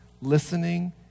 Listening